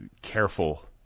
careful